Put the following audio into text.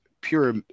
pure